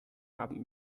haben